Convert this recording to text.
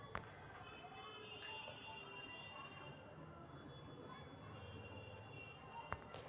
आजकल प्राइवेट बैंकवन के भी बैंक आफ बडौदा के माध्यम से ही फंड देवल जाहई